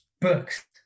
Books